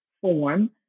form